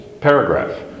paragraph